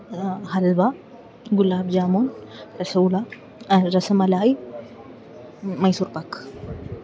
halwa gulab jamun rasgulla rasmalai Mysore pack